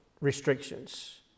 restrictions